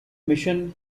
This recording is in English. mission